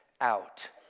out